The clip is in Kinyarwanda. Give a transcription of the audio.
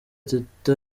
teta